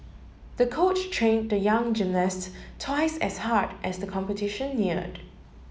the coach trained the young gymnast twice as hard as the competition neared